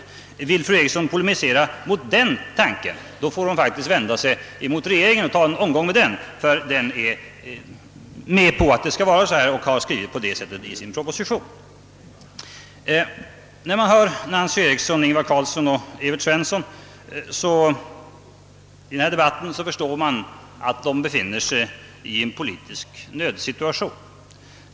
Om fru Eriksson i Stockholm vill polemisera mot den tanken, får hon faktiskt vända sig mot regeringen och ta en omgång med den, ty den är med om att det skall vara så och har skrivit på det sättet i en proposition. När man hör Nancy Eriksson, Ingvar Carlsson och Evert Svensson tala i denna debatt, så förstår man att de befinner sig i en politisk nödsituation.